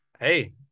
Hey